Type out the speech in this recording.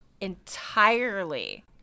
entirely